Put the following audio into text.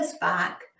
back